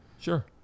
sure